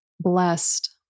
blessed